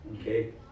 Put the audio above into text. Okay